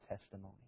testimony